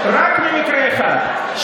רק במקרה אחד,